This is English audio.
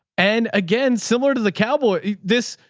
and again, similar to the cowboy, this,